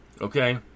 Okay